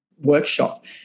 workshop